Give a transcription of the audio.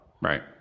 Right